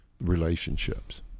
relationships